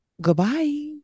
Goodbye